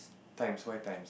times why times